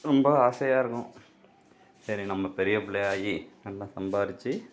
ரொம்ப ஆசையாக இருக்கும் சரி நம்ம பெரிய பிள்ளையா ஆகி நல்லா சம்பாதிச்சி